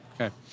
Okay